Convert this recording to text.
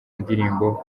ndirimbo